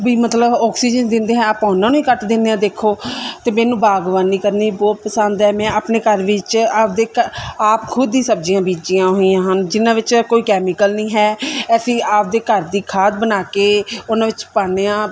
ਵੀ ਮਤਲਬ ਓਕਸੀਜਨ ਦਿੰਦੇ ਹੈ ਆਪਾਂ ਉਨ੍ਹਾਂ ਨੂੰ ਹੀ ਕੱਟ ਦਿੰਦੇ ਹਾਂ ਦੇਖੋ ਅਤੇ ਮੈਨੂੰ ਬਾਗ਼ਬਾਨੀ ਕਰਨੀ ਬਹੁਤ ਪਸੰਦ ਹੈ ਮੈਂ ਆਪਣੇ ਘਰ ਵਿੱਚ ਆਪਣੇ ਘ ਆਪ ਖੁਦ ਹੀ ਸਬਜ਼ੀਆਂ ਬੀਜੀਆਂ ਹੋਈਆਂ ਹਨ ਜਿਨ੍ਹਾਂ ਵਿੱਚ ਕੋਈ ਕੈਮੀਕਲ ਨਹੀਂ ਹੈ ਅਸੀਂ ਆਪਣੇ ਘਰ ਦੀ ਖਾਦ ਬਣਾ ਕੇ ਉਹਨਾਂ ਵਿੱਚ ਪਾਨੇ ਹਾਂ